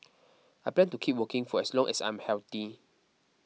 I plan to keep working for as long as I am healthy